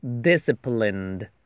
Disciplined